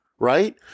Right